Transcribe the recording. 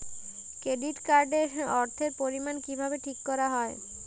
Credit card এর অর্থের পরিমান কিভাবে ঠিক করা হয়?